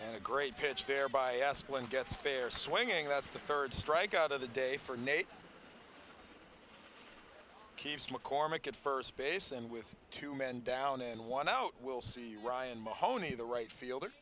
and a great catch there by asplund gets fair swinging that's the third strike out of the day for nate keeps mccormick at first base and with two men down and one out we'll see ryan mahoney the right field